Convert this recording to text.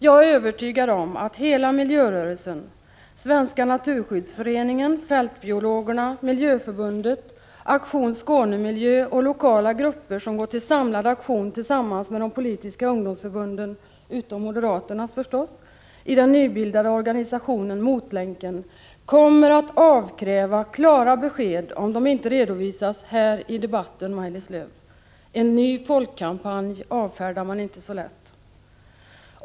Jag är övertygad om att hela miljörörelsen — Svenska naturskyddsföreningen, Fältbiologerna, Miljöförbundet, Aktion Skånemiljö och lokala grupper som går till samlad aktion tillsammans med de politiska ungdomsförbunden, utom moderaternas förstås, i den nybildade organisationen Motlänken — kommer att kräva klara besked om de inte redovisas här i debatten. En ny folkkampanj avfärdar man inte så lätt.